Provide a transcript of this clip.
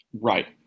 Right